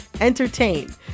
entertain